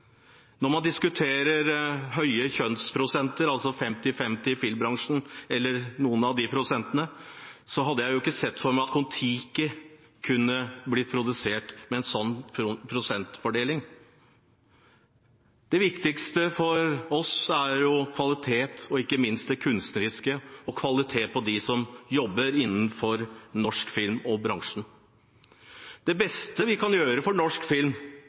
Når man diskuterer kjønnsbalanse i filmbransjen – altså 50/50, eller noen av de prosentene – så kan jeg jo ikke se for meg at Kon-Tiki kunne blitt produsert med en sånn prosentfordeling. Det viktigste for oss er kvalitet, ikke minst den kunstneriske, og kvalitet på dem som jobber innenfor norsk filmbransje. Det beste vi kan gjøre for norsk film,